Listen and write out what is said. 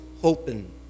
hoping